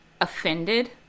offended